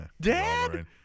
Dad